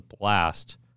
blast